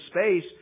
space